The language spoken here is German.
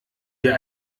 wir